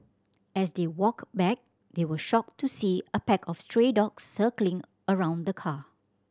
as they walked back they were shocked to see a pack of stray dogs circling around the car